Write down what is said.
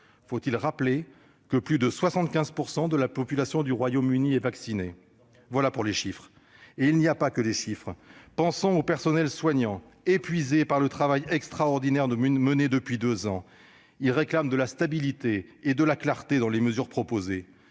Faut-il rappeler que plus de 75 % de la population du Royaume-Uni est vaccinée ? Voilà pour les chiffres. Mais il n'y a pas que les chiffres. Pensons aux personnels soignants, épuisés par le travail extraordinaire qu'ils ont réalisé depuis deux ans. Ils veulent de la stabilité et de la clarté dans les mesures proposées.